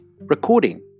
recording